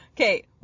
Okay